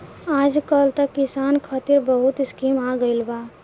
आजकल त किसान खतिर बहुत स्कीम आ गइल बा